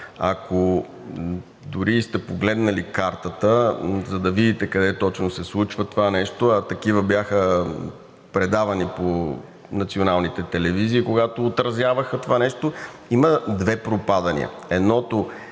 Ако дори сте погледнали картата, за да видите къде точно се случва това нещо, а такива бяха предавани по националните телевизии, когато отразяваха това нещо – има две пропадания. Едното